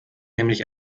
nämlich